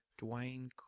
Dwayne